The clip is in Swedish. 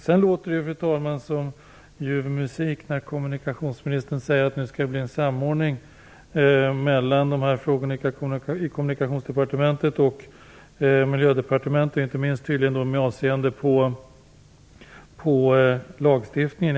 Sedan låter det, fru talman, som ljuv musik när kommunikationsministern säger att det nu skall ske en samordning i dessa frågor mellan Kommunikationsdepartementet och Miljödepartementet, tydligen inte minst med avseende på lagstiftningen.